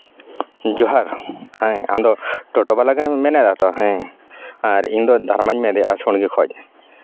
ᱡᱚᱦᱟᱨ ᱦᱮᱸ ᱟᱢᱫᱚ ᱴᱳᱴᱳ ᱵᱟᱞᱟ ᱜᱮᱢ ᱢᱮᱱᱮᱫᱟ ᱛᱚ ᱦᱮᱸ ᱟᱨ ᱤᱧᱫᱚ ᱫᱷᱟᱲᱢᱟᱧ ᱢᱮᱱᱮᱫᱼᱟ ᱥᱩᱲᱜᱤ ᱠᱷᱚᱱ